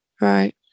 Right